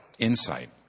insight